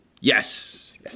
Yes